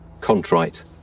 contrite